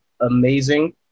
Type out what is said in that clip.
amazing